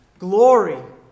Glory